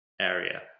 area